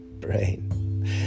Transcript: brain